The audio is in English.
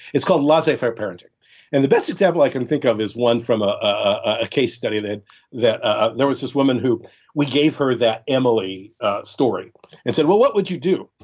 it's called laissez faire parenting and the best example i can think of is one from a ah case study that that ah there was this woman who we gave her that emily that story and said, what what would you do?